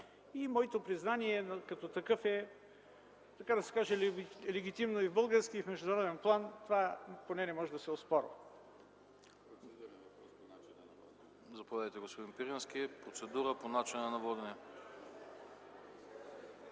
и моето признание като такъв е така да се каже легитимно и в български, и в международен план – това поне не може да се оспорва.